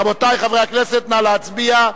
רבותי חברי הכנסת, נא להצביע.